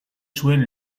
zuen